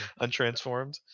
untransformed